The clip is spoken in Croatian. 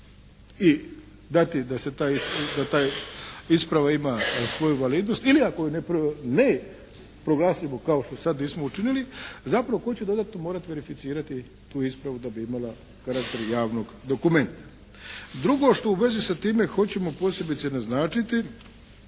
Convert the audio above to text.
i dati da se taj, da ta isprava ima svoju validnost. Ili ako ju ne proglasimo kao što sad nismo učinili zapravo tko će morati dodatno verificirati tu ispravu da imala karakter javnog dokumenta. Drugo što u vezi sa time hoćemo posebice naznačiti.